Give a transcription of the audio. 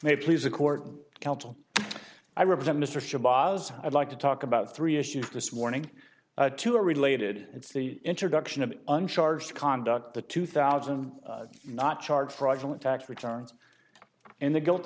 may please the court counsel i represent mr shabazz i'd like to talk about three issues this morning to a related it's the introduction of uncharged conduct the two thousand and not charge fraudulent tax returns in the guilt